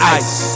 ice